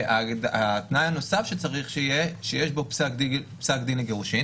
התנאי הנוסף שצריך הוא שיש בו פסק דין לגירושין